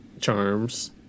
charms